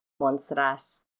Monstras